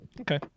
okay